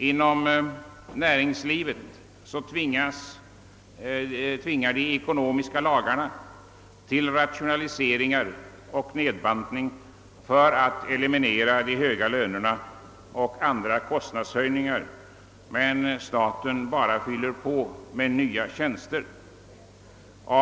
Inom näringslivet tvingar de ekonomiska lagarna till rationaliseringar och nedbantning för att eliminera de höga lönerna och andra kostnadshöjningar, men staten bara fyller på med nya tjänster.